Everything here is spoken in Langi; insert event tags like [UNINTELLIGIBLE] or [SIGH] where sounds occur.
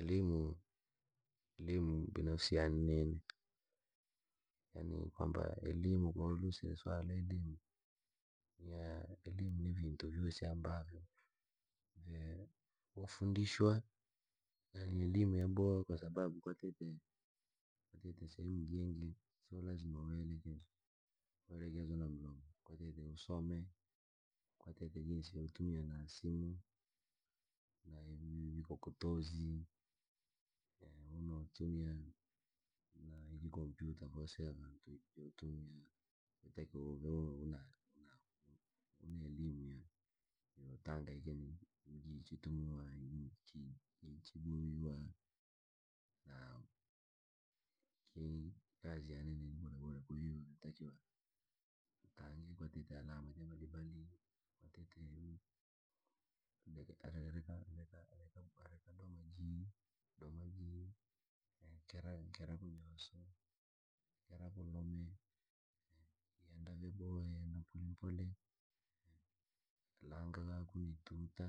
Elimu elimu binafsi ya nene, yaani kwamba elimu ko walusikire suala ra elimu elimu. Elimu ni viintu vyoosi ambavyo vya ufundishwa. Elimu yaboha kwasababu kwatite kwatite sehemu jiingi. Si lazima weelekezwe, waelekezwe na mlomo, kwatite usome, kwatite jinsi ya tumia na simu na vikokotozi, unatumia na iji kompyuta voseya ya vantu hutumia. Yotaliwa una una ya elimu yootanga ike chitumiwa [UNINTELLIGIBLE] chidumiwa. Na [UNINTELLIGIBLE] kazi yaane ni bodaboda kwahiyo ibayotakiwa tangi kwatite alama za balibali, kwatite [UNINTELLIGIBLE] reka reka reka doma jii, dona jii, kera kunyoosa, kera kulume, yeenda vyaboha yenda mpolempole, langa ko kuna ituta.